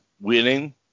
winning